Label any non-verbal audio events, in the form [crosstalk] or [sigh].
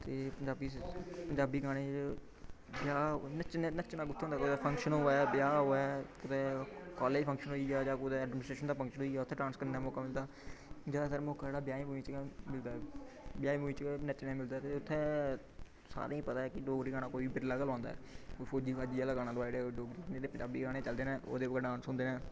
ते पंजाबी [unintelligible] पंजाबी गानें च ब्याह् नच्चने नच्चना कु'त्थै होंदा कुतै फंक्शन होऐ ब्याह् होऐ कुतै कालज फंक्शन होई गेआ जां कुतै एडमिनिस्ट्रेशन दा फंक्शन होई गेआ उत्थै डांस करने दा मौका मिलदा जैदातर मौका जेह्ड़ा ब्याहें ब्यूहें च गै मिलदा ऐ ब्याहें ब्यूहें च गै नच्चने गी मिलदा ते उत्थै सारें गी पता ऐ कि डोगरी गाना कोई बिरला गै लोआंदा ऐ कोई फौजी फाजी आह्ला गाना लोआई ओड़ेआ कोई डोगरी नेईं ते पंजाबी गाने गै चलदे न ओह्दे पर गै डांस होंदे न